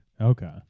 Okay